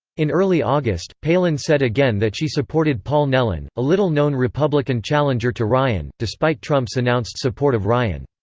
in early august, palin said again that she supported paul nehlen, a little-known republican challenger to ryan, despite trump's announced support of ryan.